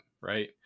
right